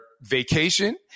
vacation